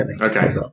Okay